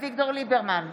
אביגדור ליברמן,